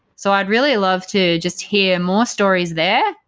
so i'd really love to just hear more stories there.